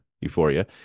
euphoria